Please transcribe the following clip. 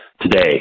today